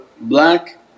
black